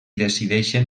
decideixen